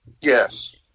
Yes